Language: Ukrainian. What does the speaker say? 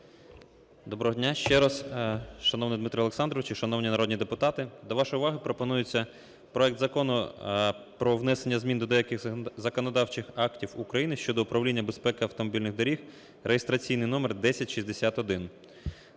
Доброго дня ще раз. Шановний Дмитро Олександрович, шановні народні депутати! До вашої уваги пропонується проект Закону про внесення змін до деяких законодавчих актів України щодо управління безпеки автомобільних доріг (реєстраційний номер 1061).